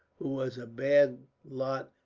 who was a bad lot